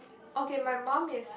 okay my mum is